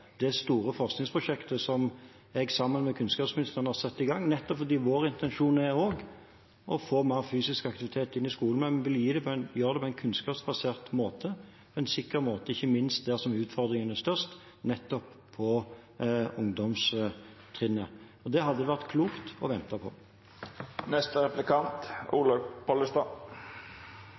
det store forskningsprosjektet som jeg, sammen med kunnskapsministeren, har satt i gang. Vår intensjon er også å få mer fysisk aktivitet inn i skolen, men vi vil gjøre det på en kunnskapsbasert måte, en sikker måte, ikke minst der utfordringene er størst, på ungdomstrinnet. Det hadde det vært klokt å vente